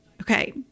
Okay